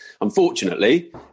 unfortunately